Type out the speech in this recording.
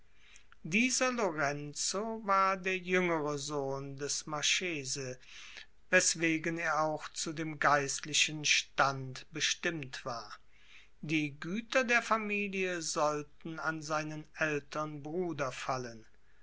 dieser lorenzo war der jüngere sohn des marchese weswegen er auch zu dem geistlichen stand bestimmt war die güter der familie sollten an seinen ältern bruder fallen